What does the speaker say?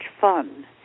fun